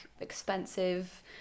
expensive